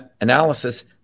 analysis